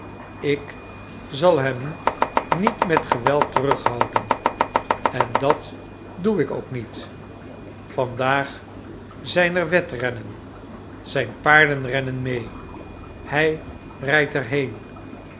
ik zal hem niet met geweld terughouden en dat doe ik ook niet van daag zijn er wedrennen zijn paarden rennen mee hij rijdt